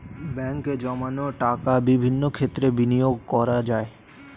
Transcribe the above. ব্যাঙ্কে জমানো টাকা বিভিন্ন ক্ষেত্রে বিনিয়োগ করা যায়